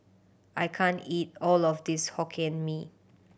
I can't eat all of this Hokkien Mee